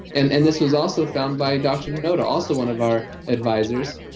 and and this was also found by dr. noda, also one of our advisors.